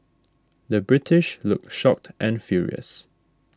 the British look shocked and furious